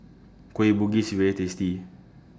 Kueh Bugis IS very tasty